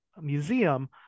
museum